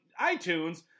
iTunes